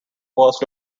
was